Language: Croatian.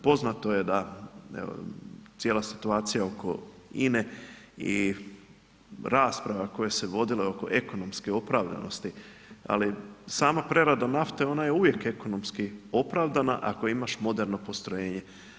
Poznato je da cijela situacija oko INA-e i rasprave koje se vodile oko ekonomske opravdanosti, ali samom prerada nafte, ona je uvijek ekonomski opravdana ako imaš moderno postrojenje.